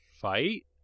fight